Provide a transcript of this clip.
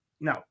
No